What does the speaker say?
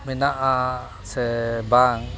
ᱢᱮᱱᱟᱜᱼᱟ ᱥᱮ ᱵᱟᱝ